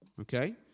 okay